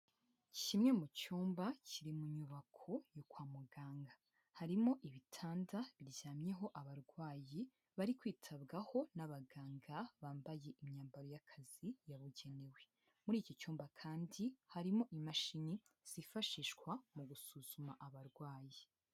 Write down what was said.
Kimwe mu cyumba kiri mu nyubako yo kwa muganga, harimo ibitanda biryamyeho abarwayi bari kwitabwaho n'abaganga, bambaye imyambaro y'akazi yabugenewe, muri iki cyumba kandi harimo imashini zifashishwa mu gusuzuma abarwayi.